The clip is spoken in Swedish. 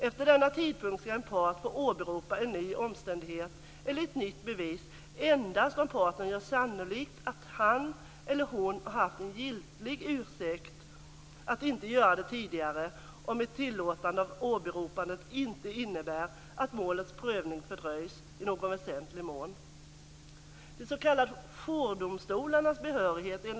Efter denna tidpunkt ska en part få åberopa en ny omständighet eller ett nytt bevis endast om parten gör sannolikt att han eller hon har haft en giltig ursäkt att inte göra det tidigare eller om ett tillåtande av åberopandet inte innebär att målets prövning fördröjs i någon väsentlig mån.